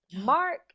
Mark